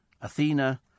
athena